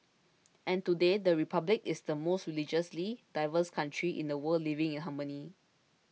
and today the Republic is the most religiously diverse country in the world living in harmony